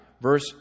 Verse